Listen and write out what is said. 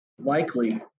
likely